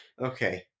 Okay